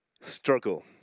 struggle